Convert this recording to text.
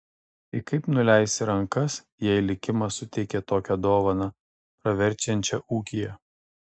tai kaip nuleisi rankas jei likimas suteikė tokią dovaną praverčiančią ūkyje